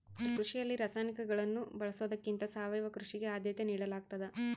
ಕೃಷಿಯಲ್ಲಿ ರಾಸಾಯನಿಕಗಳನ್ನು ಬಳಸೊದಕ್ಕಿಂತ ಸಾವಯವ ಕೃಷಿಗೆ ಆದ್ಯತೆ ನೇಡಲಾಗ್ತದ